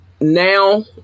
now